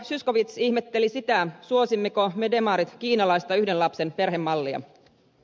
zyskowicz ihmetteli sitä suosimmeko me demarit kiinalaista yhden lapsen perhemallia